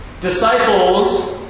Disciples